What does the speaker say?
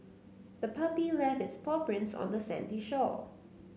the puppy left its paw prints on the sandy shore